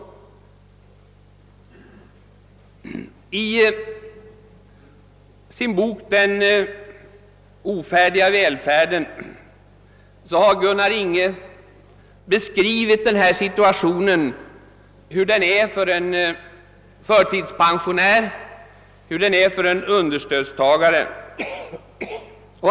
I sin bok »Den ofärdiga välfärden» beskriver Gunnar Inghe hur situationen ter sig för en förtidspensionär, en understödstagare.